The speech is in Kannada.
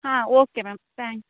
ಹಾಂ ಓಕೆ ಮ್ಯಾಮ್ ತ್ಯಾಂಕ್ಸ್